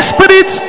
Spirit